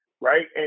Right